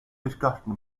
discussion